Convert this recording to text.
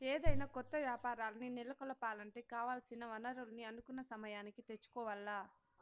ఏదైనా కొత్త యాపారాల్ని నెలకొలపాలంటే కావాల్సిన వనరుల్ని అనుకున్న సమయానికి తెచ్చుకోవాల్ల